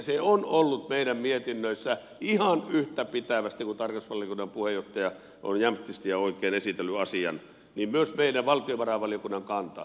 se on ollut meidän mietinnöissämme ihan yhtä pitävästi kuin tarkastusvaliokunnan puheenjohtaja on jämptisti ja oikein esitellyt asian ja se on myös meidän valtiovarainvaliokunnan kanta